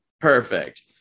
Perfect